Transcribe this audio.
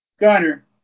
Gunner